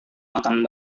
makan